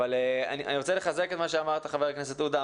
אבל אני רוצה לחזק את מה שאמר חבר הכנסת עודה.